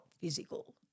physical